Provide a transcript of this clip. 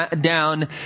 down